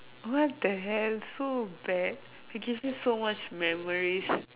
what the hell so bad I give you so much memories